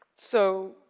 so,